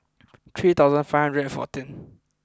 three thousand five hundred and fourteen